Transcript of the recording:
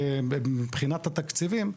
מבחינת התקציבים,